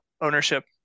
ownership